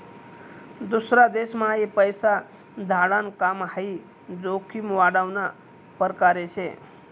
दूसरा देशम्हाई पैसा धाडाण काम हाई जोखीम वाढावना परकार शे